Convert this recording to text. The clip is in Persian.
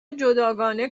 جداگانه